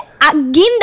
agenda